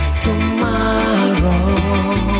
tomorrow